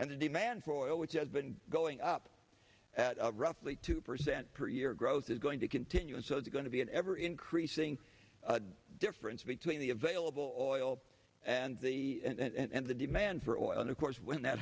and the demand for oil which has been going up at roughly two percent per year growth is going to continue and so it's going to be an ever increasing difference between the available and the and the demand for oil and of course when that